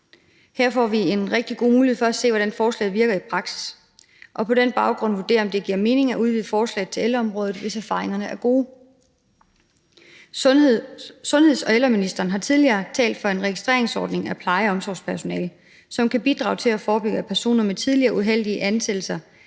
Her får vi en rigtig god mulighed for at se, hvordan forslaget virker i praksis, og på den baggrund vurdere, om det giver mening at udvide forslaget til ældreområdet, hvis erfaringerne er gode. Sundheds- og ældreministeren har tidligere talt for en registreringsordning af pleje- og omsorgspersonale, som kan bidrage til at forebygge, at personer med tidligere uheldige ansættelser